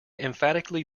emphatically